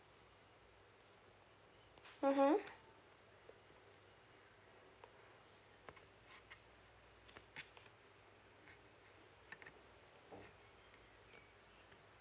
mmhmm